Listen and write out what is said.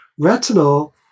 Retinol